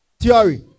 Theory